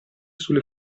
sulle